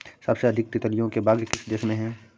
सबसे अधिक तितलियों के बाग किस देश में हैं?